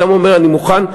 אדם אומר: אני מוכן,